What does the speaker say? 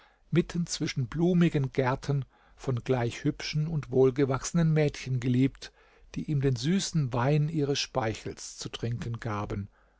mitten zwischen blumigen gärten von gleich hübschen und wohlgewachsenen mädchen geliebt die ihm den süßen wein ihres speichels zu trinken gaben